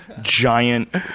giant